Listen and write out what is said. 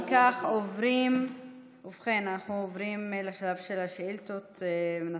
הפכו את יועז לשר הבריאות.